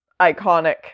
iconic